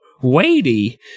weighty